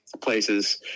places